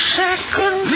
second